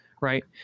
right